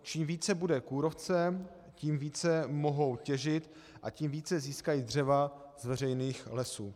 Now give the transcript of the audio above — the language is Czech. Čím více bude kůrovce, tím více mohou těžit a tím více získají dřeva z veřejných lesů.